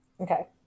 Okay